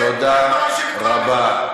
תודה רבה.